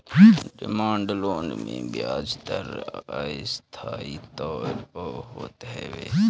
demand loan मे बियाज दर अस्थाई तौर पअ होत हवे